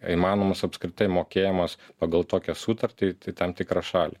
įmanomas apskritai mokėjimas pagal tokią sutartį į tam tikrą šalį